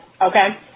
Okay